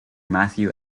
matthew